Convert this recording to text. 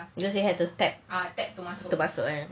because they have to tap to masuk right